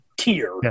tier